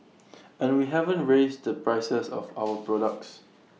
and we haven't raised the prices of our products